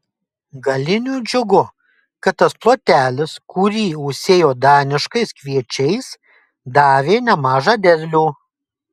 galiniui džiugu kad tas plotelis kurį užsėjo daniškais kviečiais davė nemažą derlių